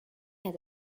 had